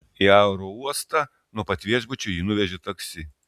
į aerouostą nuo pat viešbučio jį nuvežė taksi